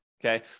Okay